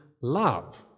love